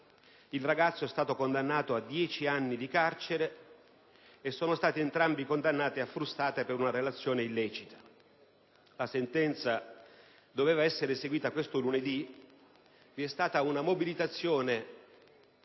Il ragazzo è stato condannato a 10 anni di carcere e sono stati entrambi condannati a essere frustati per relazione illecita. La sentenza avrebbe dovuto essere eseguita questo lunedì. Vi è stata una mobilitazione,